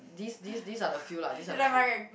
this this this are the few lah this are the few